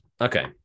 okay